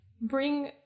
bring